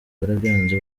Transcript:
barabyanze